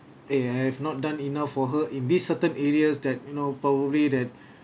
eh I have not done enough for her in this certain areas that you know probably that